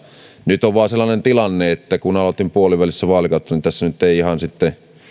nyt vain on sellainen tilanne koska aloitin puolivälissä vaalikautta että tässä nyt ei sitten ihan